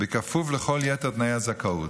כפוף לכל יתר תנאי הזכאות.